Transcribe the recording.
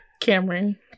Cameron